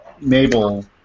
Mabel